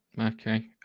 Okay